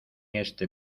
este